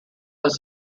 was